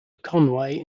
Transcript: conway